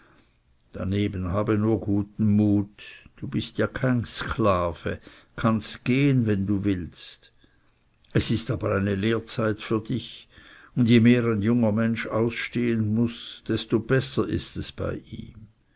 darneben habe nur guten mut du bist ja kein sklave kannst gehen wann du willst es ist aber eine lehrzeit für dich und je mehr ein junger mensch ausstehen muß desto besser ist es ihm